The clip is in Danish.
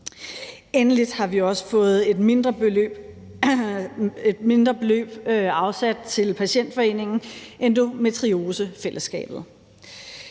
Endelig har vi også fået et mindre beløb afsat til patientforeningen Endometriose Fællesskabet.